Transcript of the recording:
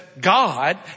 God